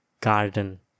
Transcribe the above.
garden